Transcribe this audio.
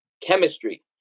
Chemistry